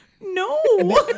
No